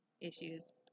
issues